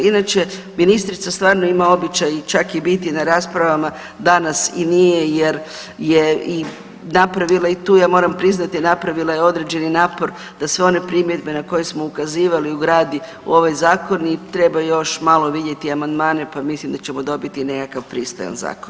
Inače ministrica stvarno ima običaj čak i biti na raspravama, danas i nije jer je napravila i tu ja moram priznati napravila je određeni napor da sve one primjedbe na koje smo ukazivali u ovaj zakon i treba još malo vidjeti amandmane pa mislim da ćemo dobiti nekakav pristojan zakon.